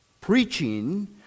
preaching